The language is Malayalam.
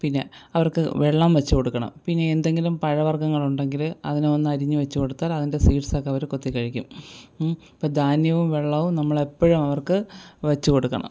പിന്നെ അവർക്ക് വെള്ളം വച്ചു കൊടുക്കണം പിന്നെ എന്തെങ്കിലും പഴ വർഗങ്ങളുണ്ടെങ്കിൽ അതിനെ ഒന്ന് അരിഞ്ഞ് വച്ച് കൊടുത്താൽ അതിൻ്റെ സീഡ്സൊക്കെ അവർ കൊത്തി കഴിക്കും അപ്പം ധാന്യവും വെള്ളവും നമ്മൾ എപ്പോഴും അവർക്ക് വച്ചു കൊടുക്കണം